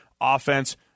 offense